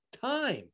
time